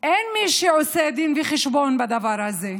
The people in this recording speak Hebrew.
אין מי שעושה דין וחשבון בדבר הזה.